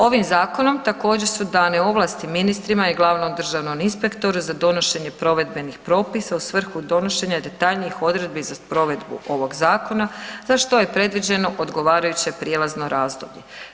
Ovim zakonom također su dane ovlasti ministrima i glavnom državnom inspektoru za donošenje provedbenih propisa u svrhu donošenja detaljnih odredbi za provedbu ovog zakona za što je predviđeno odgovarajuće prijelazno razdoblje.